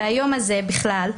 והיום הזה בכלל,